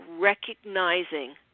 recognizing